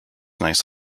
nice